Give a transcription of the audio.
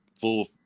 full